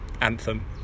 Anthem